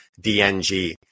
DNG